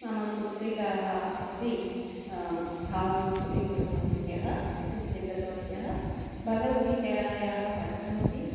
मम पुत्रिकाः अपि भागं स्वीकृतवत्यः स्वीकृतवत्यः भगवद्गीतायाः पठनमपि